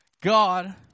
God